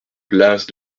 place